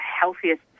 healthiest